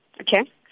okay